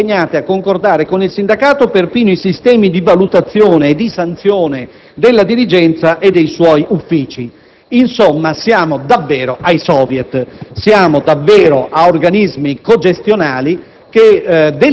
Vi impegnate a concordare con il sindacato perfino i sistemi di valutazione e di sanzione della dirigenza e dei suoi uffici. Insomma, siamo davvero ai *soviet*. Siamo davvero a organismi cogestionali